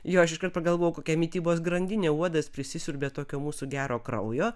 jo aš iškart pagalvojau kokia mitybos grandinė uodas prisisiurbia tokio mūsų gero kraujo